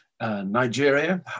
Nigeria